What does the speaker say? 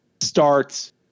starts